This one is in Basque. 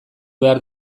behar